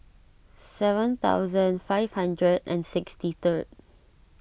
seven thousand five hundred and sixty third